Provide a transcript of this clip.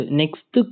next